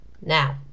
Now